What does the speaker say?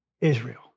Israel